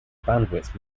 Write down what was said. bandwidth